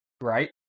Right